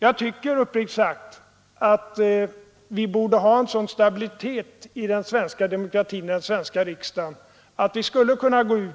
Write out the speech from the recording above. Jag tycker uppriktigt sagt att vi borde ha en sådan stabilitet i den svenska demokratin och den svenska riksdagen, att vi kunde